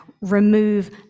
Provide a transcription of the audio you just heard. remove